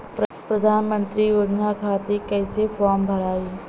प्रधानमंत्री योजना खातिर कैसे फार्म भराई?